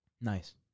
Nice